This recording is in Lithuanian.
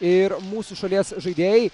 ir mūsų šalies žaidėjai